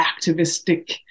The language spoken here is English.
activistic